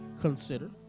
consider